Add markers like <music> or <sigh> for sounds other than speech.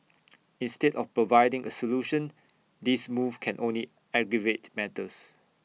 <noise> instead of providing A solution this move can only aggravate matters <noise>